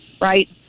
right